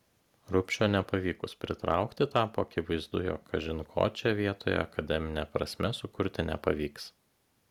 rubšio nepavykus pritraukti tapo akivaizdu jog kažin ko čia vietoje akademine prasme sukurti nepavyks